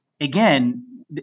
again